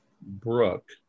Brooke